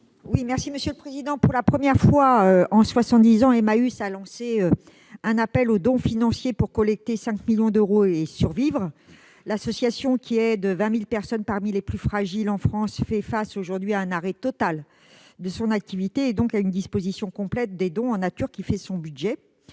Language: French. Mme Éliane Assassi. Pour la première fois en soixante-dix ans, Emmaüs a lancé un appel aux dons financiers pour collecter 5 millions d'euros et survivre. L'association, qui aide 20 000 personnes parmi les plus fragiles en France, fait face aujourd'hui à un arrêt total de son activité et donc à une disparition complète des dons en nature qui font son budget.